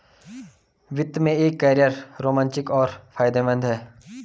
वित्त में एक कैरियर रोमांचक और फायदेमंद है